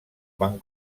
van